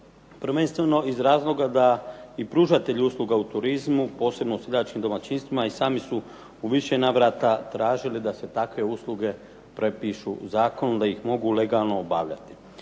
Prvenstveno iz razloga da i pružatelji usluga u turizmu posebno u seljačkim domaćinstvima i sami su u više navrata tražili da se takve usluge prepišu u zakonu da ih mogu legalno obavljati.